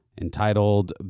entitled